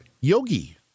Yogi